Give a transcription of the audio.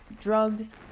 drugs